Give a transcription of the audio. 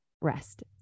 rest